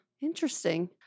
Interesting